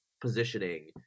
positioning